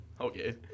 Okay